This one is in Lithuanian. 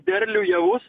derlių javus